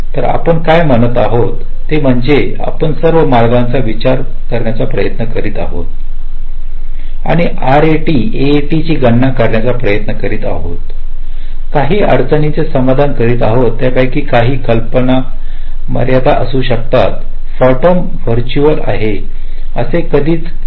तर आपण काय म्हणत आहात ते म्हणजे आपण सर्व मार्गांचा विचार करण्याचा प्रयत्न करीत आहोत आणि आरएटी एएटीची गणना करण्याचा प्रयत्न करीत आहोत काही अडचणींचे समाधान करीत आहोत त्यापैकी काही कल्पिता मर्यादा असू शकतात फॅंटम व्हर्च्युअल आहे असे कधीच होऊ शकत नाही